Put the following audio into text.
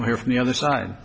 here from the other side